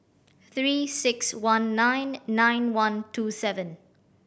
Three Six One nine nine one two seven